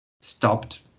stopped